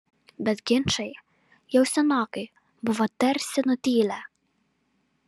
bet ginčai jau senokai buvo tarsi nutilę